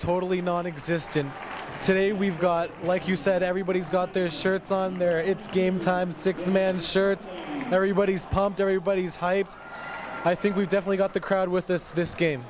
totally nonexistent today we've got like you said everybody's got their shirts on there it's game time six man shirts everybody's pumped everybody's hyped i think we definitely got the crowd with us this game